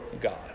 God